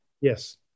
Yes